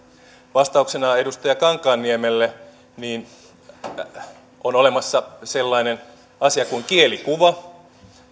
vastauksena edustaja kankaanniemelle on olemassa sellainen asia kuin kielikuva